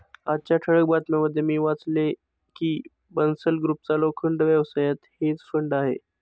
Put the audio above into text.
आजच्या ठळक बातम्यांमध्ये मी वाचले की बन्सल ग्रुपचा लोखंड व्यवसायात हेज फंड आहे